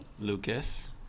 Lucas